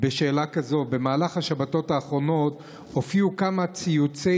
השאלה כזאת: במהלך השבתות האחרונות הופיעו כמה ציוצי